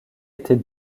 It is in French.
était